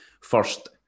first